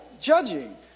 Judging